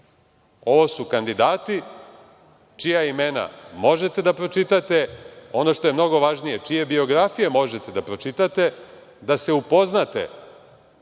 Ovo su kandidati čija imena možete da pročitate, ono što je mnogo važnije, čije biografije možete da pročitate, da se upoznate